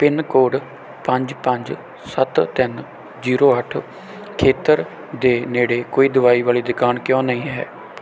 pin code ਪੰਜ ਪੰਜ ਸੱਤ ਤਿੰਨ ਜ਼ੀਰੋ ਅੱਠ ਖੇਤਰ ਦੇ ਨੇੜੇ ਕੋਈ ਦਵਾਈ ਵਾਲੀ ਦੁਕਾਨ ਕਿਉਂ ਨਹੀਂ ਹੈ